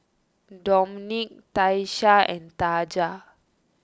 Domenic Tyesha and Taja